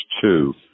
two